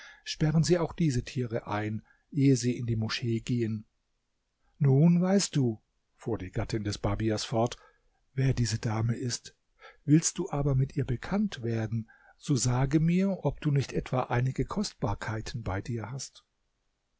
sperren sie auch diese tiere ein ehe sie in die moschee gehen nun weißt du fuhr die gattin des barbiers fort wer diese dame ist willst du aber mit ihr bekannt werden so sage mir ob du nicht etwa einige kostbarkeiten bei dir hast